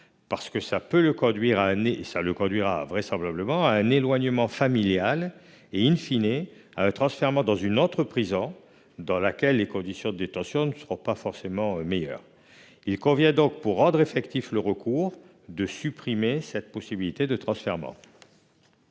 parce que cela le conduira vraisemblablement à un éloignement familial et,, à un transfèrement dans une autre prison, dans laquelle les conditions de détention ne seront pas forcément meilleures. Il convient donc, pour rendre effectif le recours, de supprimer cette possibilité de transfèrement.